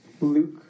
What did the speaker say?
Luke